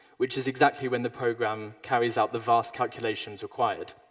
which is exactly when the program carries out the vast calculations required.